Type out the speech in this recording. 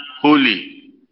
holy